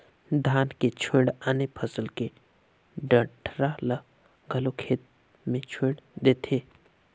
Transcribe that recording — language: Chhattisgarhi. धान के छोयड़ आने फसल के डंठरा ल घलो खेत मे छोयड़ देथे